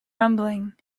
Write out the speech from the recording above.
rumbling